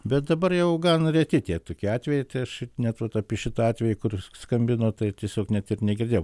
bet dabar jau gan reti tie tokie atvejai tai aš net vat apie šitą atvejį kur skambino tai tiesiog net ir negirdėjau